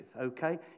okay